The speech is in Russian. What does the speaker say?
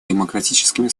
демократическими